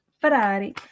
Ferrari